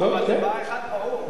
דבר אחד ברור,